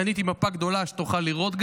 קניתי מפה גדולה שגם תוכל לראות.